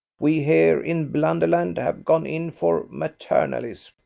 we here in blunderland have gone in for maternalism.